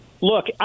Look